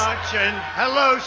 Hello